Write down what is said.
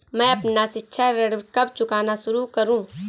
मैं अपना शिक्षा ऋण कब चुकाना शुरू करूँ?